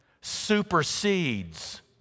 supersedes